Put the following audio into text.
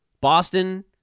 Boston